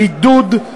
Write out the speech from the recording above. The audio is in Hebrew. בידוד,